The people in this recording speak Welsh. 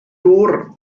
dŵr